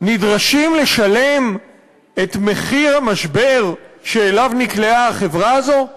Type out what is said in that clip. נדרשים לשלם את מחיר המשבר שאליו נקלעה החברה הזאת?